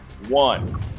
One